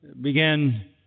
began